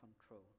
control